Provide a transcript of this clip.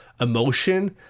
emotion